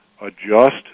adjust